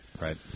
Right